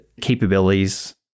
capabilities